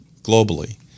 globally